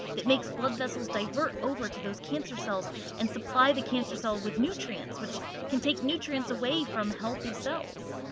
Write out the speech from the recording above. that makes blood vessels divert over to those cancer cells and supply the cancer cells with nutrients, which can take nutrients away from healthy cells.